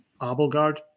Abelgard